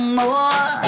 more